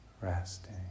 resting